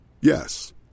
Yes